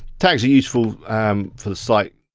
tags are useful um for the site.